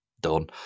done